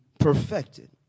perfected